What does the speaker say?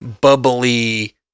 bubbly